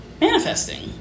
manifesting